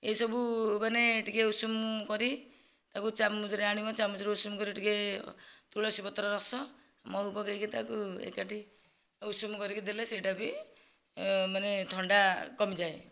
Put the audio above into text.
ଏସବୁ ମାନେ ଟିକେ ଉଷୁମ କରି ତାକୁ ଚାମୁଚରେ ଆଣିବ ଚାମୁଚରେ ଉଷୁମ କରି ଟିକେ ତୁଳସୀ ପତ୍ର ରସ ମହୁ ପକାଇକି ତାକୁ ଏକାଠି ଉଷୁମ କରିକି ଦେଲେ ସେହିଟା ବି ମାନେ ଥଣ୍ଡା କମିଯାଏ